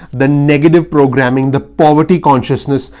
the negative programming, the poverty consciousness,